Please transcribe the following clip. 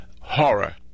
horror